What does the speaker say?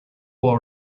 war